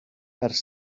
ers